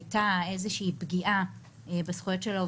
מרגע המעבר לתקופה של שהייה בלתי חוקית שלא מוסדרת בחקיקה.